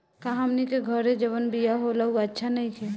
का हमनी के घरे जवन बिया होला उ अच्छा नईखे?